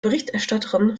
berichterstatterin